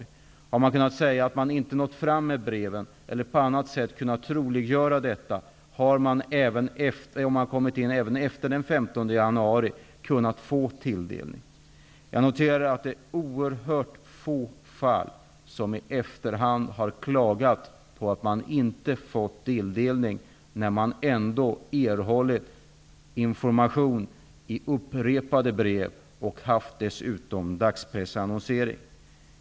Om man har kunnat hävda att breven inte har nått fram eller på annat sätt kunnat göra detta troligt, har man även efter den 15 januari kunnat få tilldelning. Jag noterar att det är oerhört få fall där man i efterhand har klagat på att man inte har fått tilldelning när man ändå har erhållit information i upprepade brev och det dessutom har varit dagspressannonsering.